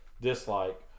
dislike